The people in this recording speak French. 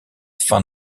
fin